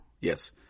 Yes